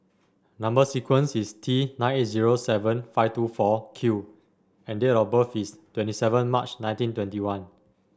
number sequence is T nine eight zero seven five two four Q and date of birth is twenty seven March nineteen twenty one